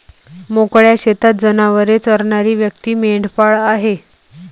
मोकळ्या शेतात जनावरे चरणारी व्यक्ती मेंढपाळ आहे